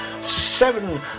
seven